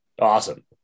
awesome